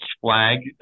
flag